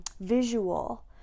visual